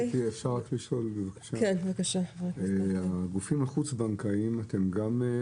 אתם עוקבים גם אחרי הגופים החוץ-בנקאיים?